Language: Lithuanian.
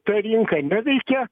ta rinka neveikia